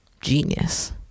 Genius